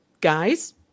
guys